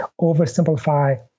oversimplify